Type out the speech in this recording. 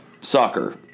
soccer